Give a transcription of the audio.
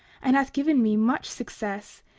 and hath given me much success,